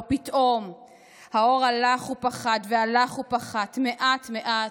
לא פתאום / האור הלך ופחת והלך ופחת / מעט מעט,